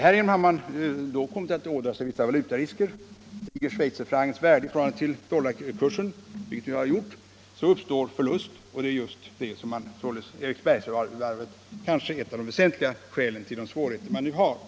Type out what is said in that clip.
Härigenom har man kommit att ådra sig vissa valutarisker: stiger schweizerfrancens värde i förhållande till dollarkursen —- vilket den har gjort — uppstår förlust. Detta är ett av de väsentliga skälen till de svårigheter Eriksbergsvarvet nu har.